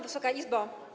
Wysoka Izbo!